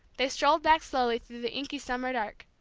they strolled back slowly through the inky summer dark,